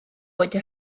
wedi